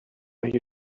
اگه